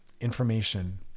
Information